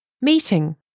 MEETING